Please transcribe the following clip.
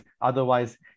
otherwise